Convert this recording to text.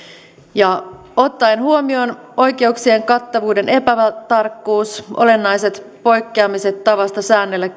ja ottaen huomioon oikeuksien kattavuuden epätarkkuuden olennaiset poikkeamiset tavasta säännellä